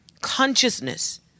consciousness